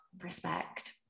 respect